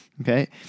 Okay